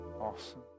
Awesome